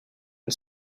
une